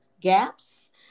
gaps